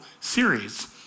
series